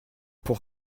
pour